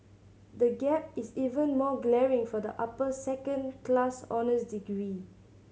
the gap is even more glaring for the upper second class honours degree